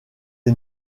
est